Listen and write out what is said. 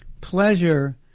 pleasure